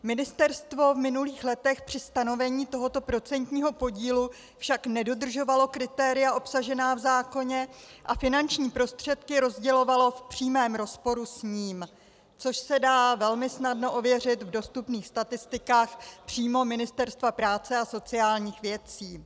Ministerstvo však v minulých letech při stanovení tohoto procentního podílu nedodržovalo kritéria obsažená v zákoně a finanční prostředky rozdělovalo v přímém rozporu s ním, což se dá velmi snadno ověřit v dostupných statistikách přímo Ministerstva práce a sociálních věcí.